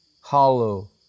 hollow